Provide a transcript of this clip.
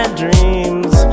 dreams